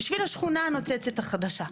בשביל השכונה הנוצצת החדשה.